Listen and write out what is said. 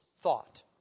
thought